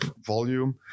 volume